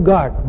God